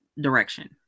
direction